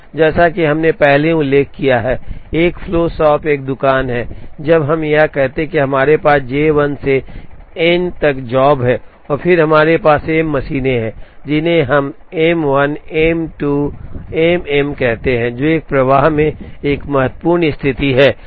जैसा कि हमने पहले ही उल्लेख किया है एक फ्लो शॉप एक दुकान है जहां हम कहते हैं कि हमारे पास J 1 से n n तक जॉब है और फिर हमारे पास M मशीनें हैं जिन्हें हम M 1 M 2 और M m कहते हैं जो एक प्रवाह में एक महत्वपूर्ण स्थिति है